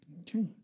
Okay